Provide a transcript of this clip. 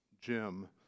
Jim